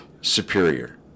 superior